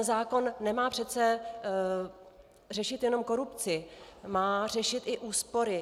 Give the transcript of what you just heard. Zákon nemá přece řešit jen korupci, má řešit i úspory.